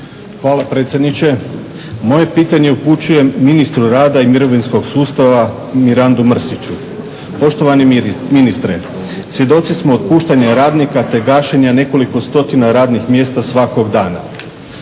Hvala predsjedniče. Moje pitanje upućujem ministru rada i mirovinskog sustava Mirandu Mrsiću. Poštovani ministre, svjedoci smo otpuštanja radnika te gašenja nekoliko stotina radnih mjesta svakog dana.